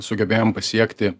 sugebėjom pasiekti